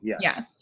yes